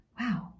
wow